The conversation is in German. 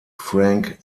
frank